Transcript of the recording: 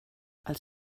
als